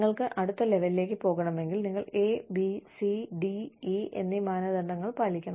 നിങ്ങൾക്ക് അടുത്ത ലെവലിലേക്ക് പോകണമെങ്കിൽ നിങ്ങൾ A B C D E എന്നീ മാനദണ്ഡങ്ങൾ പാലിക്കണം